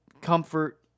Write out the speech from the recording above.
comfort